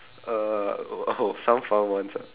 uh oh oh some fun ones ah